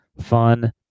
fun